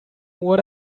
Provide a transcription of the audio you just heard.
what